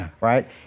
right